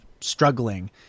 struggling